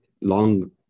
long